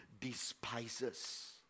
despises